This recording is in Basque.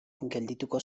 geldituko